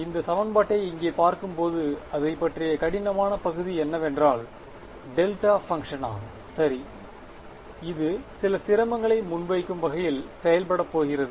இந்த சமன்பாட்டை இங்கே பார்க்கும்போது அதைப் பற்றிய கடினமான பகுதி என்னவென்றால் டெல்டா பங்ஷனாகும் சரி இது சில சிரமங்களை முன்வைக்கும் வகையில் செயல்படப் போகிறது